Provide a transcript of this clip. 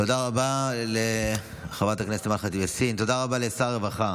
תודה רבה לחברת הכנסת